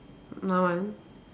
my one